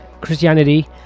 Christianity